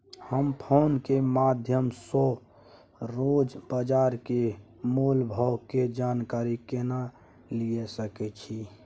हम फोन के माध्यम सो रोज बाजार के मोल भाव के जानकारी केना लिए सके छी?